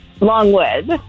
Longwood